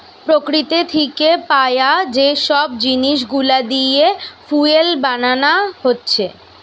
প্রকৃতি থিকে পায়া যে সব জিনিস গুলা দিয়ে ফুয়েল বানানা হচ্ছে